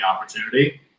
opportunity